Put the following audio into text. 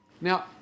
Now